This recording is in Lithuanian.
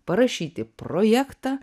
parašyti projektą